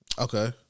Okay